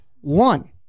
One